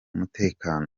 umutekano